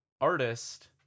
artist